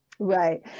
Right